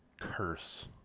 curse